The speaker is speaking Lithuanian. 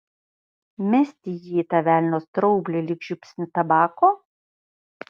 mesti jį į tą velnio straublį lyg žiupsnį tabako